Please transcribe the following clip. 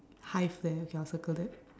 hive there okay I'll circle that